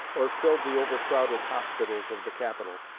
or filled the overcrowded hospitals of the capital.